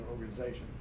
organization